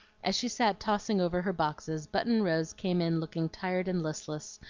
as she sat tossing over her boxes, button-rose came in looking tired and listless,